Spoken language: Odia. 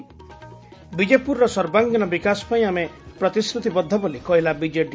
ବିଜେପୁରର ସର୍ବାଙ୍ଗୀନ ବିକାଶ ପାଇଁ ଆମେ ପ୍ରତିଶ୍ରତିବଦ୍ଧ ବୋଲି କହିଲା ବିଜେଡି